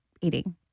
eating